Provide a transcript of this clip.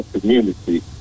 community